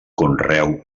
conreu